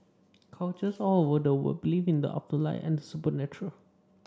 cultures all over the world believe in the afterlife and the supernatural